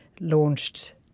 launched